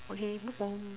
okay move on